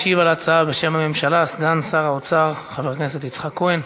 משיב על ההצעה בשם הממשלה סגן שר האוצר חבר הכנסת יצחק כהן.